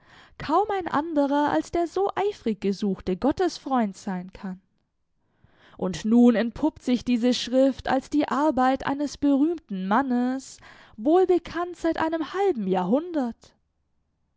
kaum ein anderer als der so eifrig gesuchte gottesfreund sein kann und nun entpuppt sich diese schrift als die arbeit eines berühmten mannes wohlbekannt seit einem halben jahrhundert